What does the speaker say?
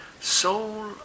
soul